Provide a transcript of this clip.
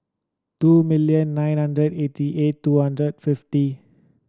two million nine hundred eighty eight two hundred fifty